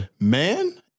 Man